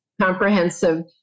Comprehensive